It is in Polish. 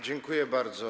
Dziękuję bardzo.